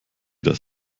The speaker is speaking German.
das